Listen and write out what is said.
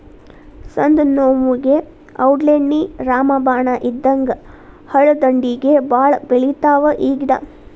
ಸಂದನೋವುಗೆ ಔಡ್ಲೇಣ್ಣಿ ರಾಮಬಾಣ ಇದ್ದಂಗ ಹಳ್ಳದಂಡ್ಡಿಗೆ ಬಾಳ ಬೆಳಿತಾವ ಈ ಗಿಡಾ